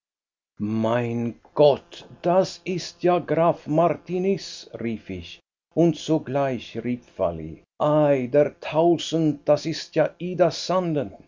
höhe mein gott das ist ja graf martiniz rief ich und zugleich rief vally ei der tausend das ist ja